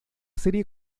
serie